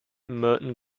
merton